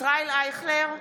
(קוראת בשמות חברי הכנסת) ישראל אייכלר,